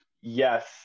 yes